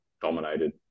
dominated